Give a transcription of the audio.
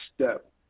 step